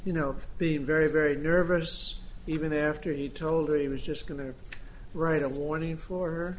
you know being very very nervous even after he told me he was just going to write a warning for her